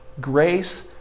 grace